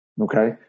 Okay